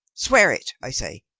swear it, i say!